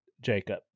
Jacob